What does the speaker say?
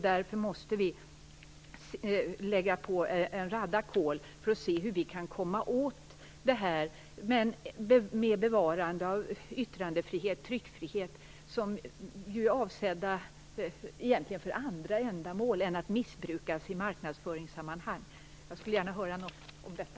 Därför måste vi lägga på ett kol för att se hur vi kan komma åt detta med bevarande av yttrandefrihet och tryckfrihet som ju är avsedda för andra ändamål än att missbrukas i marknadsföringssammanhang. Jag skulle gärna vilja höra något om detta.